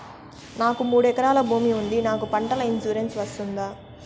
నాకు మూడు ఎకరాలు భూమి ఉంది నాకు పంటల ఇన్సూరెన్సు వస్తుందా?